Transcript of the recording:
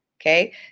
Okay